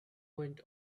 went